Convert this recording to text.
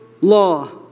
law